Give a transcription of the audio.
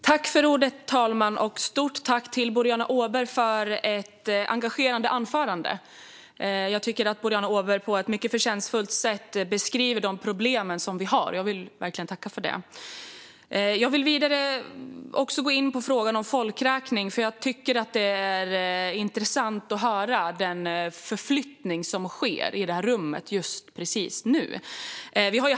Herr talman! Ett stort tack till Boriana Åberg för ett engagerande anförande. Jag tycker att Boriana Åberg på ett mycket förtjänstfullt sätt beskriver de problem som finns, och jag vill verkligen tacka för det. Jag vill vidare gå in på frågan om folkräkning. Det är intressant att höra den förflyttning som sker i det här rummet just precis nu.